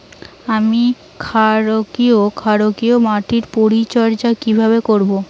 আমি ক্ষারকীয় মাটির পরিচর্যা কিভাবে করব?